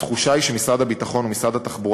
התחושה היא שמשרד הביטחון ומשרד התחבורה